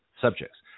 subjects